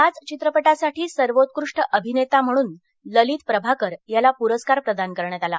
याच चित्रपटासाठी सर्वोत्कृष्ट अभिनेता म्हणून ललित प्रभाकर यांना पुरस्कार प्रदान करण्यात आला